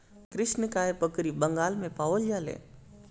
कृष्णकाय बकरी बंगाल में पावल जाले